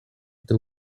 этой